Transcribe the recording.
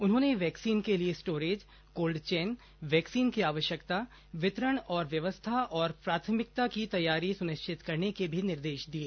उन्होंने वैक्सीन के लिए स्टोरेज कोल्ड चैन वैक्सीन की आवश्यकता वितरण व्यवस्था और प्राथमिकता की तैयारी सुनिश्चित करने के भी निर्देश दिए